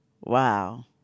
Wow